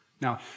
Now